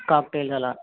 cocktail అలా